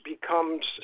becomes